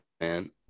man